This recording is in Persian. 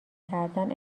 کردن